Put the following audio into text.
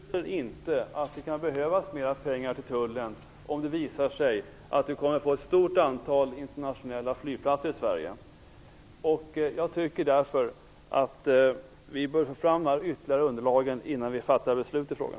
Fru talman! Jag utesluter inte att det kan behövas mera pengar till tullen om det visar sig att vi kommer att få ett stort antal internationella flygplatser i Sverige. Jag tycker därför att vi bör få fram dessa ytteligare underlag innan vi fattar beslut i frågan.